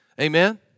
Amen